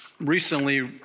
recently